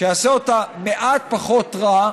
נעשה אותה מעט פחות רעה